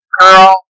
girl